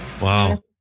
Wow